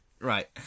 Right